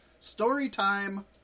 Storytime